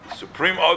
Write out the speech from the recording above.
supreme